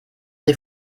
des